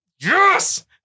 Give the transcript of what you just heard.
Yes